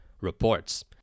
reports